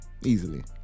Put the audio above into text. Easily